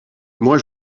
moi